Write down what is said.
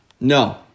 No